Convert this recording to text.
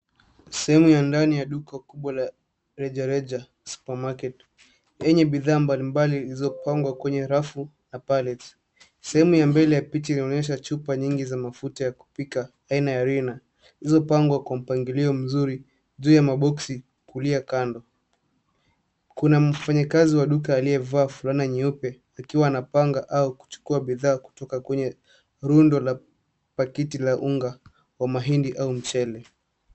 Sehemu ya ndani ya duka kubwa la rejareja supermarket , yenye bidhaa mbalimbali zilizopangwa kwenye rafu na palettes . Sehemu ya mbele ya picha inaonyesha chupa nyingi za mafuta ya kupika aina ya rina , zilizopangwa kwa mpangilio mzuri . Juu ya maboksi kulia kando kuna mfanyikazi wa duka aliyevaa fulana nyeupe akiwa anapanga au kuchukua bidhaa kutoka kwenye rundo la pakiti la unga wa mahindi au mchele.